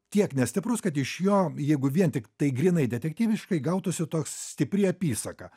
tiek nestiprus kad iš jo jeigu vien tik tai grynai detektyviškai gautųsi toks stipri apysaka